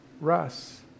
Russ